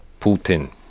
Putin